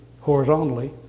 horizontally